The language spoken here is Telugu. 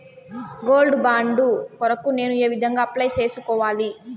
గోల్డ్ బాండు కొరకు నేను ఏ విధంగా అప్లై సేసుకోవాలి?